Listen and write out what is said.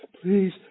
Please